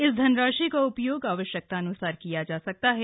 इस धनराशि का उपयोग आवश्यकतान्सार किया जा सकता है